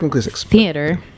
theater